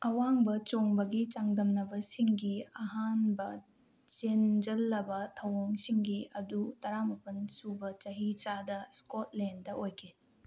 ꯑꯋꯥꯡꯕ ꯆꯣꯡꯕꯒꯤ ꯆꯥꯡꯗꯝꯅꯕꯁꯤꯡꯒꯤ ꯑꯍꯥꯟꯕ ꯆꯦꯟꯖꯜꯂꯕ ꯊꯧꯑꯣꯡꯁꯤꯡꯒꯤ ꯑꯗꯨ ꯇꯔꯥ ꯃꯥꯄꯜ ꯁꯨꯕ ꯆꯍꯤ ꯆꯥꯗ ꯏꯁꯀꯣꯠꯂꯦꯟꯗ ꯑꯣꯏꯈꯤ